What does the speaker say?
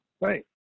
Right